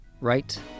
right